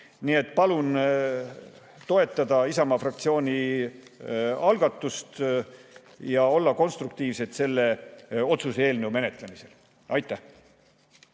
Nii et palun toetada Isamaa fraktsiooni algatust ja olla konstruktiivsed selle otsuse eelnõu menetlemisel. Aitäh!